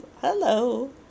hello